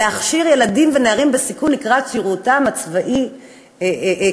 להכשיר ילדים ונערים בסיכון לקראת שירותם הצבאי כלוחמים.